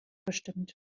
gestimmt